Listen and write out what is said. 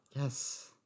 Yes